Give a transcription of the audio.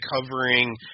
covering